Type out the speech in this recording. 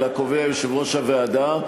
אלא קובע יושב-ראש הוועדה,